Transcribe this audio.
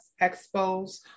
expos